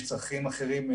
יש צרכים שונים,